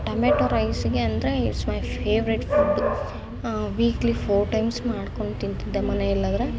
tomato ರೈಸ್ಗೆ ಅಂದರೆ it's my favourite food weekly four times ಮಾಡ್ಕೊಂಡು ತಿಂತಿದ್ದೆ ಮನೆಯಲ್ಲಾದರೆ